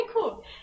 cool